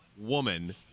woman